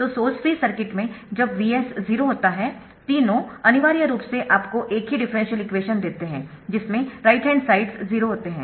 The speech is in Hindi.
तो सोर्स फ्री सर्किट में जब Vs 0 होता है तीनों अनिवार्य रूप से आपको एक ही डिफरेंशियल इक्वेशन देते है जिसमें राइट हैंड साइड्स 0 होते है